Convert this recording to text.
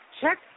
Check